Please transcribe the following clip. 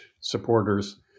supporters